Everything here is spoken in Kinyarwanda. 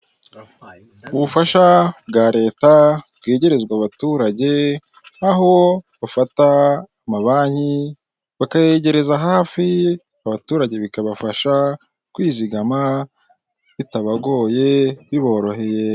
Ubufasha bwa leta twegerezwa abaturage, aho bafata amabanki bakayegereza hafi abaturage bikabafasha kwizigama, bitabagoye biboroheye.